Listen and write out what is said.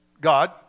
God